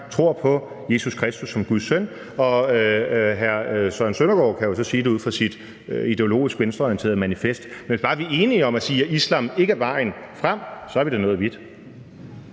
tror på Jesus Kristus som Guds søn, og hr. Søren Søndergaard kan jo så sige det ud fra sit ideologisk venstreorienterede manifest. Men bare vi er enige om at sige, at islam ikke er vejen frem, så er vi da nået vidt.